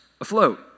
afloat